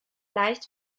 leicht